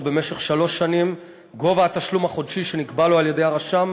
במשך שלוש שנים גובה התשלום החודשי שנקבע לו על-ידי הרשם